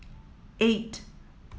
eight